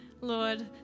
Lord